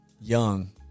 young